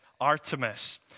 Artemis